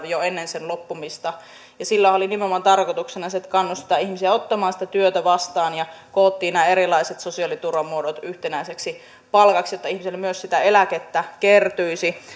jo ennen sen loppumista että sitä ei jatketa oli nimenomaan tarkoituksena se että kannustetaan ihmisiä ottamaan työtä vastaan ja koottiin nämä erilaiset sosiaaliturvan muodot yhtenäiseksi palkaksi jotta ihmisille myös sitä eläkettä kertyisi